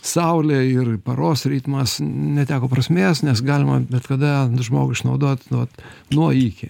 saulė ir paros ritmas neteko prasmės nes galima bet kada žmogų išnaudot nu vat nuo iki